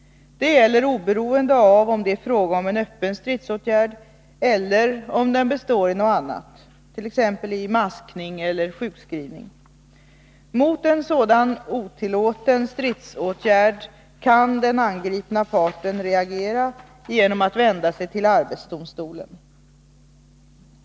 Det gäller oberoende av om det är fråga om en öppen stridsåtgärd eller om den består i något annat, t.ex. i maskning eller massjukskrivning. Mot en sådan otillåten stridsåtgärd kan den angripna parten reagera genom att vända sig till arbetsdomstolen.